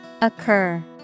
Occur